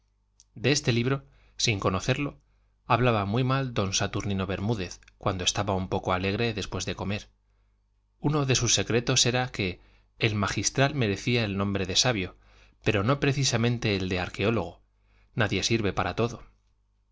de este libro sin conocerlo hablaba muy mal don saturnino bermúdez cuando estaba un poco alegre después de comer uno de sus secretos era que el magistral merecía el nombre de sabio pero no precisamente el de arqueólogo nadie sirve para todo